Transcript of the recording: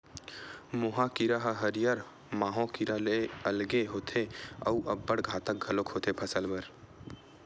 मोहा कीरा ह हरियर माहो कीरा ले अलगे होथे अउ अब्बड़ घातक घलोक होथे फसल बर